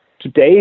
today